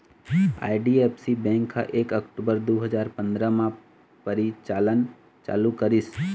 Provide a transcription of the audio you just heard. IDFC bank ह एक अक्टूबर दू हजार पंदरा म परिचालन चालू करिस